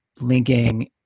linking